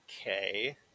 okay